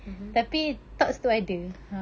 mmhmm